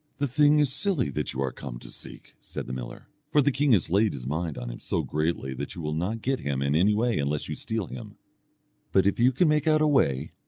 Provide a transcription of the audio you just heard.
the thing is silly that you are come to seek, said the miller for the king has laid his mind on him so greatly that you will not get him in any way unless you steal him but if you can make out a way,